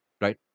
Right